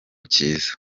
kiza